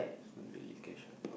is not really cash what